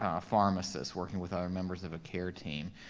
ah pharmacists, working with other members of a care team.